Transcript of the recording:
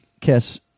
kiss